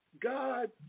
God